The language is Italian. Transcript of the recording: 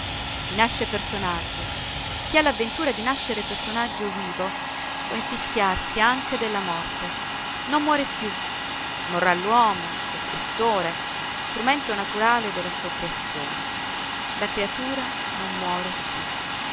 chi nasce personaggio chi ha l'avventura di nascere personaggio vivo può infischiarsi anche della morte non muore più morrà l'uomo lo scrittore strumento naturale della creazione la creatura non muore più